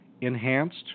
enhanced